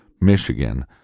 Michigan